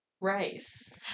Rice